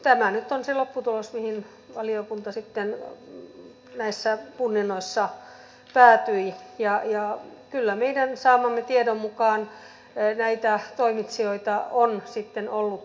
tämä nyt on se lopputulos mihin valiokunta sitten näissä punninnoissa päätyi ja kyllä meidän saamamme tiedon mukaan näitä toimitsijoita on sitten ollut tarpeeksi